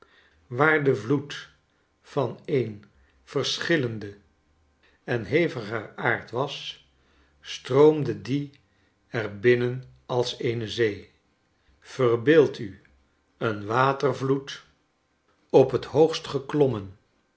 waar de vloed van een verschillenden en heviger aard was stroom de die er binnen als eene zee verbeeld u een watervloed op het